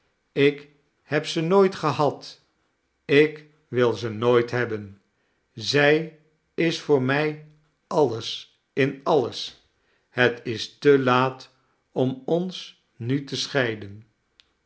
ik heb ze nooit gehad ik wil ze nooit hebben zij is voor mij alles in alles het is te laat om ons nu te scheiden